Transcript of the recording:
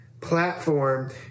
platform